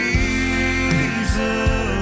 Jesus